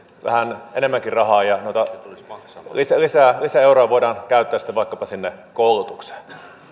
vähän enemmänkin rahaa noita lisäeuroja voidaan käyttää sitten vaikkapa sinne koulutukseen